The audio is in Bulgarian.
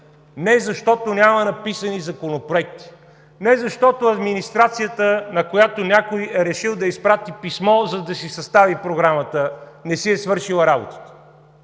не защото няма написани законопроекти, не защото администрацията, на която някой е решил да изпрати писмо, за да си състави програмата, не си е свършила работата,